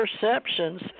perceptions